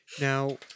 now